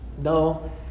No